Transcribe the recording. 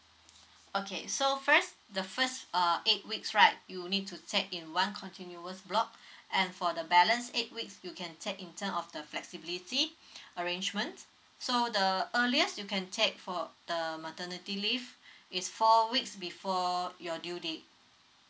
okay so first the first uh eight weeks right you need to take in one continuous block and for the balance eight weeks you can take in term of the flexibility arrangement so the earliest you can take for the maternity leave is four weeks before your due date